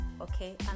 okay